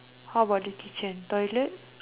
how about the kitchen toilet